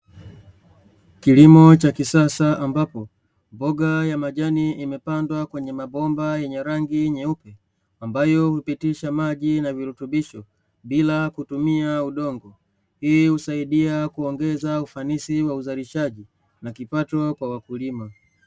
Kilimo cha kisasa ambapo mboga aina ya majani imepandwa kwenye mabomba meupe, ambayo hupitisha maji yenye virutubisho bila kutumia udongo, hii husaidia kuongeza ufanisi wa uzalishaji na kipato kwa mkulima.